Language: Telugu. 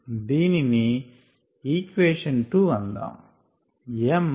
దీనిని ఈక్వేషన్ 2 అందాము